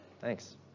Thanks